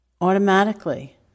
Automatically